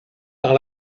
par